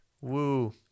Woo